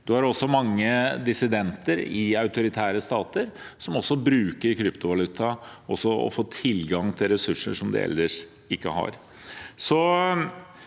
Det er også mange dissidenter i autoritære stater som bruker kryptovaluta for å få tilgang på ressurser som de ellers ikke har.